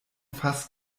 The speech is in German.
fass